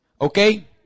Okay